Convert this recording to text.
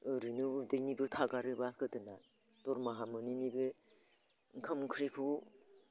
ओरैनो उदैनिबो थागारोब्ला गोदोना दरमाहा मोनैनिबो ओंखाम ओंख्रिखौ